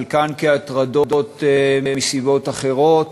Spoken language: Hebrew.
חלקן כהטרדות מסיבות אחרות,